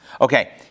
Okay